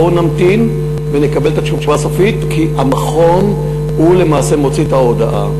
בואו נמתין ונקבל את התשובה הסופית כי המכון הוא למעשה מוציא את ההודעה.